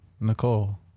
Nicole